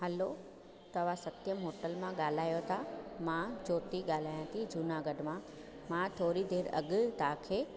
हलो तव्हां सत्यम होटल मां ॻाल्हायो था मां जोती ॻाल्हायां थी जूनागढ़ मां थोरी देरि अॻु तव्हांखे